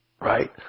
Right